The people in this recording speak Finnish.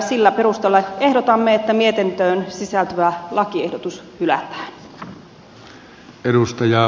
sillä perusteella ehdotamme että mietintöön sisältyvä lakiehdotus hylätään